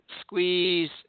squeeze